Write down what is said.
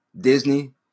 Disney